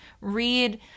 read